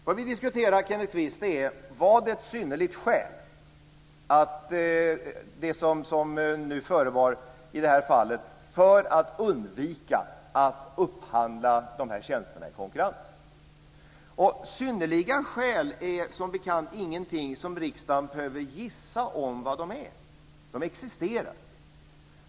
Vad vi diskuterar är om det som förevar var ett synnerligt skäl för att undvika att upphandla tjänsterna i konkurrens. Synnerliga skäl är som bekant ingenting som riksdagen behöver gissa vad de är. De existerar.